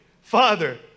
Father